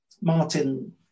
Martin